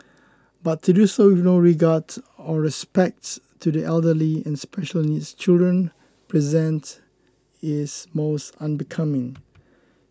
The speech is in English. but to do so with no regard to or respect to the elderly and special needs children present is most unbecoming